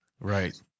right